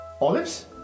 Olives